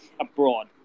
abroad